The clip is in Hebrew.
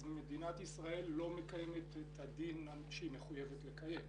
מדינת ישראל לא מקיימת את הדין שהיא מחויבת לקיים.